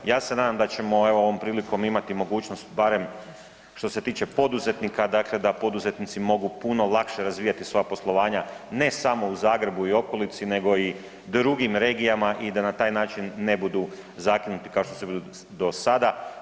Ja se nadam da ćemo, evo ovom prilikom imati mogućnost barem što se tiče poduzetnika, dakle da poduzetnici mogu puno lakše razvijati svoja poslovanja, ne samo u Zagrebu i okolici nego i drugim regijama i da na taj način ne budu zakinuti kao što su bili do sada.